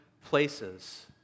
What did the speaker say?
places